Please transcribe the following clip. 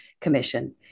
Commission